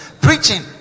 preaching